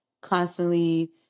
constantly